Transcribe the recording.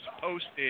posted